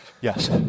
Yes